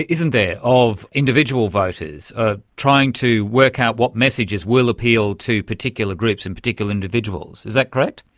isn't there, of individual voters, ah trying to work out what messages will appeal to particular groups and particular individuals. is that correct?